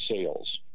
sales